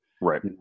Right